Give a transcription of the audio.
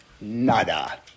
Nada